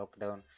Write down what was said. lockdown